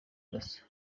dasso